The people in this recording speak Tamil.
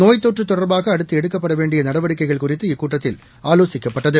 நோய் தொற்று தொடர்பாக அடுத்து எடுக்கப்பட வேண்டிய நடவடிக்கைகள் குறித்து இக்கூட்டத்தில் ஆலோசிக்கப்பட்டது